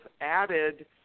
added